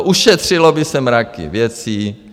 Ušetřilo by se mraky věcí.